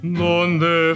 donde